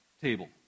table